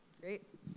great